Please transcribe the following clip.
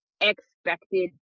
expected